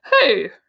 hey